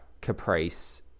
Caprice